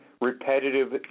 repetitive